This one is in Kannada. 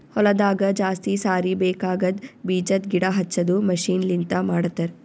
ಹೊಲದಾಗ ಜಾಸ್ತಿ ಸಾರಿ ಬೇಕಾಗದ್ ಬೀಜದ್ ಗಿಡ ಹಚ್ಚದು ಮಷೀನ್ ಲಿಂತ ಮಾಡತರ್